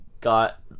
got